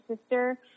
sister